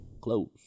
close